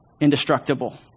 indestructible